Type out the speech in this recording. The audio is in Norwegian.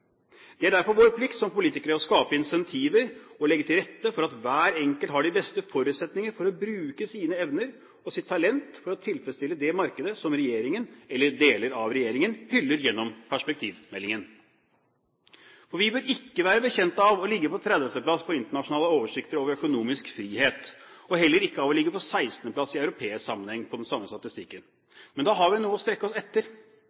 Det er derfor vår plikt som politikere å skape incentiver og legge til rette for at hver enkelt har de beste forutsetninger for å bruke sine evner og sitt talent for å tilfredsstille det markedet som regjeringen, eller deler av regjeringen, hyller gjennom perspektivmeldingen. Vi bør ikke være bekjent av å ligge på 30. plass på internasjonale oversikter over økonomisk frihet, og heller ikke av å ligge på 16. plass i europeisk sammenheng på den samme statistikken. Men da har vi jo noe å strekke oss etter!